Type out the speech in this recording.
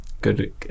Good